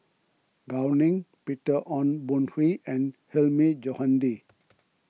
Gao Ning Peter Ong Boon Kwee and Hilmi Johandi